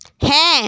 হ্যাঁ